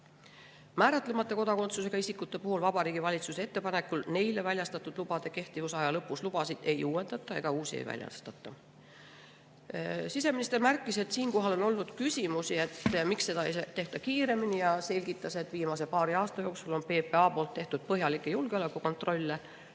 Määratlemata kodakondsusega isikute puhul Vabariigi Valitsuse ettepanekul neile väljastatud lubade kehtivusaja lõpus lubasid ei uuendata ega uusi ei väljastata. Siseminister märkis, et on olnud küsimusi, miks seda ei tehta kiiremini, ja selgitas, et viimase paari aasta jooksul on PPA teinud põhjalikke julgeolekukontrolle